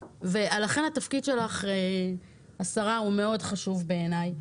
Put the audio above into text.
התפקיד שלך, השרה, הוא מאוד חשוב בעיניי.